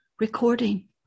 recording